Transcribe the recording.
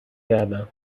کردم